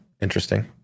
interesting